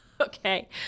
okay